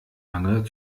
lange